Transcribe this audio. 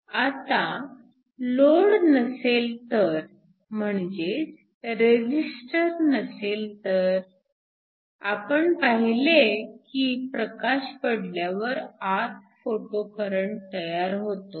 आता लोड नसेल तर म्हणजेच रेजिस्टर नसेल तर आपण पाहिले की प्रकाश पडल्यावर आत फोटो करंट तयार होतो